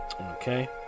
Okay